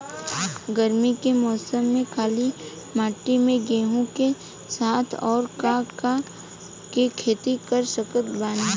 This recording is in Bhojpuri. गरमी के मौसम में काली माटी में गेहूँ के साथ और का के खेती कर सकत बानी?